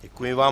Děkuji vám.